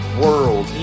world